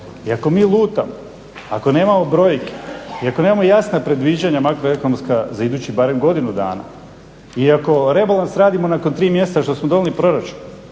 i ako mi lutamo, ako nemamo brojke i ako nemamo jasna predviđanja makroekonomska za idućih barem godinu dana i ako rebalans radimo nakon tri mjeseca nakon što smo donijeli proračun,